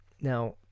Now